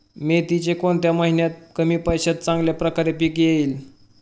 मेथीचे कोणत्या महिन्यात कमी पैशात चांगल्या प्रकारे पीक येईल?